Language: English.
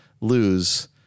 lose